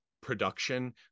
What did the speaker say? production